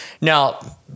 Now